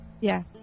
Yes